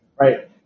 right